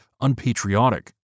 unpatriotic